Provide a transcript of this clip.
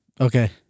Okay